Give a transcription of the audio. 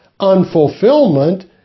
unfulfillment